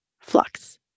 flux